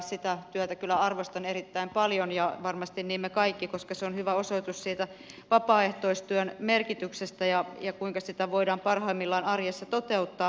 sitä työtä kyllä arvostan erittäin paljon ja varmasti me kaikki koska se on hyvä osoitus vapaaehtoistyön merkityksestä ja siitä kuinka sitä voidaan parhaimmillaan arjessa toteuttaa